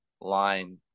line